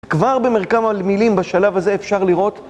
כבר במרכב המילים בשלב הזה אפשר לראות